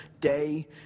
day